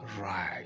right